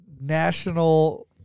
national